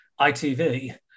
ITV